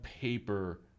paper